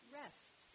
rest